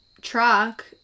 truck